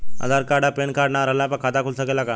आधार card आ PAN card ना रहला पर खाता खुल सकेला का?